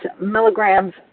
milligrams